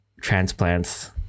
transplants